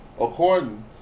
according